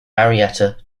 marietta